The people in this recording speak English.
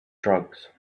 drugs